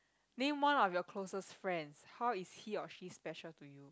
name one of your closest friends how is he or she special to you